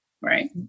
Right